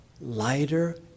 lighter